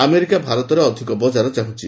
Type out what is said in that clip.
America ଭାରତରେ ଅଧିକ ବଜାର ଚାହୁଁଛି